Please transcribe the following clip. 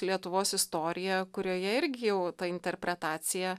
lietuvos istoriją kurioje irgi jau ta interpretacija